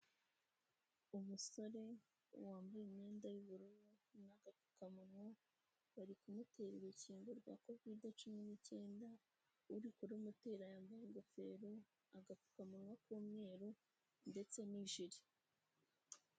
Umusore wambaye imyenda y'ubururu n'agapfukamunwa, bari kumutera urukingo rwa kovidi cumi n'icyenda. Uri kurumutera yambaye ingofero, agapfukamunwa k'umweru ndetse n'ijire.